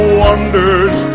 wonders